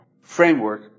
framework